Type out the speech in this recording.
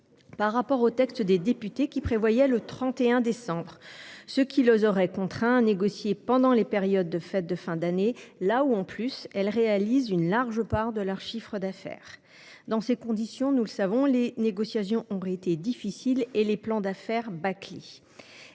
par rapport au texte des députés, qui prévoyait le 31 décembre, ce qui les aurait contraints à négocier pendant la période des fêtes de fin d’année, au moment où, de surcroît, elles réalisent une large part de leur chiffre d’affaires. Dans ces conditions, les négociations auraient été difficiles et les plans d’affaires bâclés.